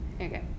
Okay